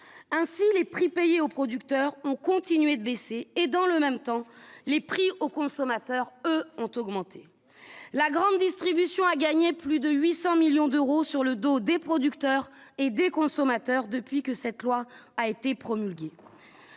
ainsi les prix payés aux producteurs ont continué de baisser, et dans le même temps, les prix aux consommateurs eux ont augmenté, la grande distribution a gagné plus de 800 millions d'euros sur le dos des producteurs et des consommateurs depuis que cette loi a été promulguée,